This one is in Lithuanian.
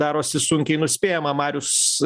darosi sunkiai nuspėjama marius